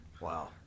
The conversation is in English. Wow